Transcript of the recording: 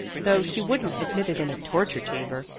though she wouldn't admit it in a torture chamber.